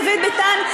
דוד ביטן,